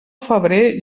febrer